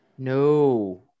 No